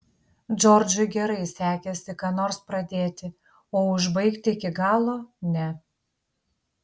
džordžui gerai sekėsi ką nors pradėti o užbaigti iki galo ne